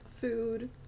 Food